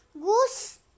goose